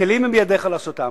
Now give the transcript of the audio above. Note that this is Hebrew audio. הכלים הם בידיך לעשותם.